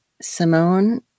Simone